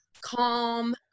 Calm